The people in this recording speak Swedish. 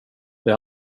det